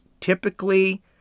typically